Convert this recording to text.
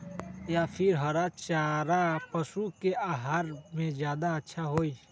या फिर हरा चारा पशु के आहार में ज्यादा अच्छा होई?